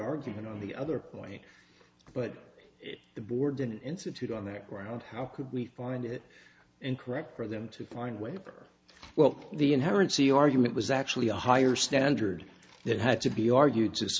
argument on the other point but the board didn't institute on that ground how could we find it incorrect for them to find a way for well the inherent c argument was actually a higher standard that had to be argued just